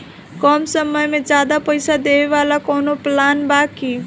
कम समय में ज्यादा पइसा देवे वाला कवनो प्लान बा की?